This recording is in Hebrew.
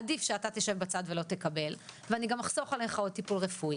עדיף שאתה תשב בצד ולא תקבל ואני גם אחסוך עליך עוד טיפול רפואי